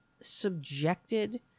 subjected